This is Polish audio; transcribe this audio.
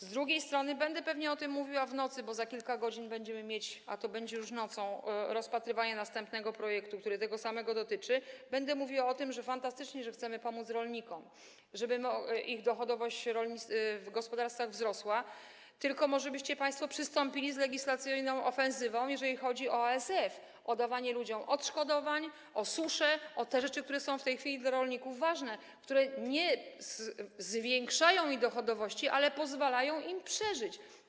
Z drugiej strony - będę pewnie o tym mówiła w nocy, bo za kilka godzin, a to będzie już nocą, będziemy rozpatrywać następny projekt, który tego samego dotyczy - to fantastycznie, że chcemy pomóc rolnikom, żeby ich dochodowość w gospodarstwach wzrosła, tylko może byście państwo przystąpili z legislacyjną ofensywą, jeżeli chodzi o ASF, o dawanie ludziom odszkodowań, o suszę, o te rzeczy, które są w tej chwili dla rolników ważne, które nie zwiększają ich dochodowości, ale pozwalają im przeżyć.